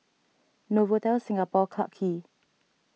Novotel Singapore Clarke Quay